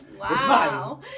Wow